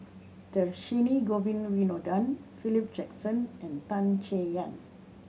Dhershini Govin Winodan Philip Jackson and Tan Chay Yan